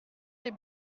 des